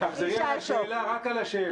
אין לו תשובה, הוא לא יכול לענות לך.